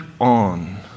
on